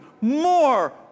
more